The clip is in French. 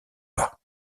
pas